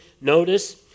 notice